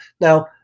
Now